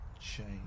change